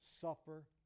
suffer